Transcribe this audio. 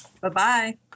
Bye-bye